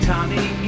Tommy